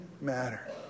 matter